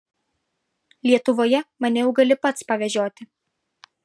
lietuvoje mane jau gali pats pavežioti